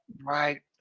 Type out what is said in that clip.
Right